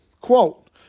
Quote